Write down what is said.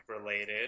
related